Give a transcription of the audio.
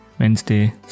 Wednesday